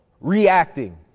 reacting